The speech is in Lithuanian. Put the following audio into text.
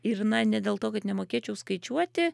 ir na ne dėl to kad nemokėčiau skaičiuoti